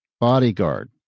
bodyguard